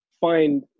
find